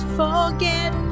forget